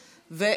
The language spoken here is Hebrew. כן,